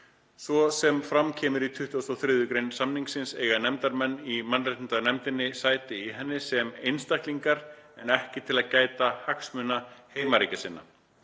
Svo sem fram kemur í 23. gr. samningsins eiga nefndarmenn í mannréttindanefndinni sæti í henni sem einstaklingar en ekki til að gæta hagsmuna heimaríkja sinna.